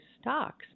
stocks